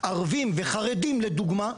ערבים וחרדים לדוגמה,